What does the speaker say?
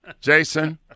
Jason